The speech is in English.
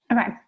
Okay